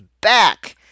back